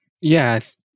Yes